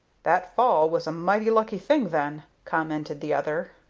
that fall was a mighty lucky thing, then, commented the other.